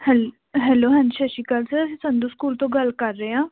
ਹੈ ਹੈਲੋ ਹਾਂਜੀ ਸਤਿ ਸ਼੍ਰੀ ਅਕਾਲ ਸਰ ਅਸੀਂ ਸੰਧੂ ਸਕੂਲ ਤੋਂ ਗੱਲ ਕਰ ਰਹੇ ਹਾਂ